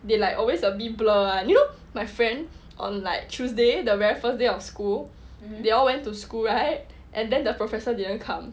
they like always a bit blur [one] you know my friend on like tuesday the very first day of school they all went to school right and then the professor didn't come